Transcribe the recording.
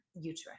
uterus